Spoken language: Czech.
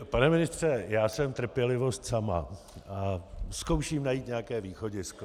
Pane ministře, já jsem trpělivost sama a zkouším najít nějaké východisko.